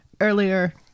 earlier